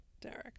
Derek